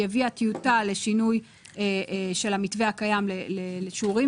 היא הביאה טיוטה לשינוי של המתווה הקיים לשיעורים